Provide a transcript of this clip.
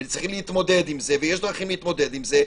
וצריכים להתמודד עם זה ויש דרכים להתמודד עם זה.